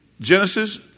Genesis